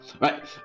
Right